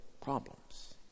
problems